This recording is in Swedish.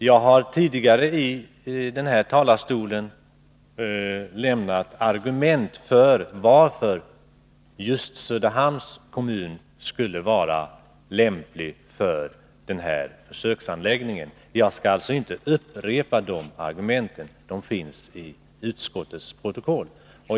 Jag har tidigare från denna talarstol lämnat argument för att just Söderhamns kommun skulle vara lämplig för den här försöksanläggningen. Jag skall därför inte nu upprepa de argumenten — de finns i riksdagens protokoll.